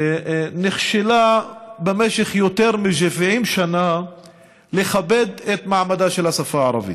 נכשלה במשך יותר מ-70 שנה לכבד את מעמדה של השפה הערבית.